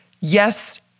Yes